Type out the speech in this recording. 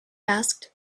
asked